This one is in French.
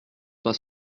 pas